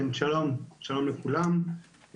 שלום לכולם,